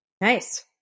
Nice